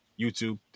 YouTube